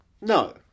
No